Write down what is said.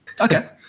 Okay